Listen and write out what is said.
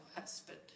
husband